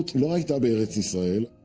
like of eretz yisrael,